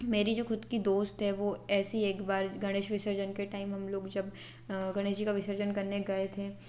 मेरी जो ख़ुद की दोस्त है वो ऐसे ही एक बार गणेश विसर्जन के टाइम हम लोग जब गणेश जी का विसर्जन करने गए थे